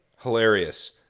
Hilarious